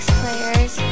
players